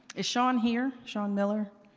is shawn here, shawn miller?